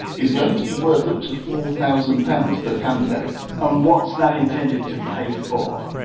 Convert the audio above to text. is going to be worth up to four thousand pounds per candidate and what's that intended to pay for?